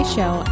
Show